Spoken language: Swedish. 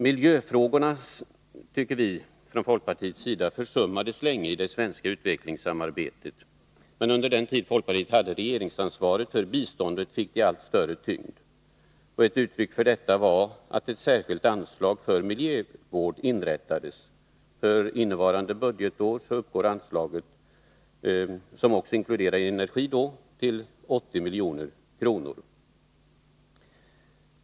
Vi i folkpartiet tycker att miljöfrågorna försummades länge i det svenska utvecklingssamarbetet. Under den tid folkpartiet hade regeringsansvaret för biståndet fick det allt större tyngd. Ett uttryck för detta var att ett särskilt anslag för miljövård inrättades. För innevarande budgetår uppgår anslaget, som också inkluderar energi, till 80 milj.kr.